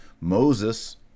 Moses